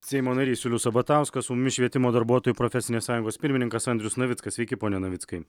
seimo narys julius sabatauskas su mumis švietimo darbuotojų profesinės sąjungos pirmininkas andrius navickas sveiki pone navickai